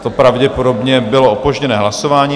To pravděpodobně bylo opožděné hlasování.